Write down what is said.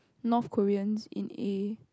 North Koreans in A